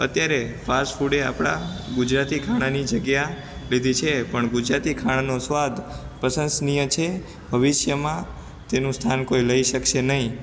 અત્યારે fast food એ આપણા ગુજરાતી ખાણાની જગ્યા લીધી છે પણ ગુજરાતી ખાણાનો સ્વાદ પ્રશંસનીય છે ભવિષ્યમાં તેનું સ્થાન કોઈ લઈ શકશે નહીં